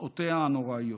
מתוצאותיה הנוראיות.